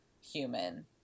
human